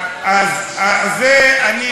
אתה מוזמן להירשם להצעות חוק שיבואו אחר כך ולדבר.